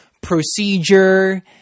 procedure